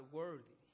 worthy